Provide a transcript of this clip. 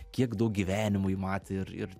kiek daug gyvenimų ji matė ir ir